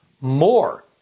more